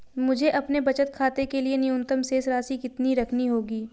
मुझे अपने बचत खाते के लिए न्यूनतम शेष राशि कितनी रखनी होगी?